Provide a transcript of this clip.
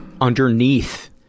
underneath